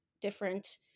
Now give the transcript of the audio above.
different